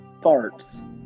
Farts